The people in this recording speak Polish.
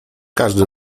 każdy